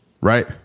right